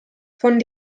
von